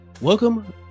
Welcome